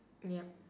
yup